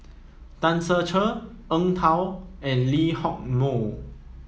Tan Ser Cher Eng Tow and Lee Hock Moh